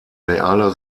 realer